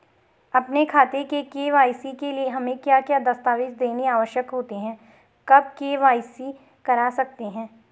अपने खाते की के.वाई.सी के लिए हमें क्या क्या दस्तावेज़ देने आवश्यक होते हैं कब के.वाई.सी करा सकते हैं?